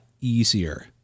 easier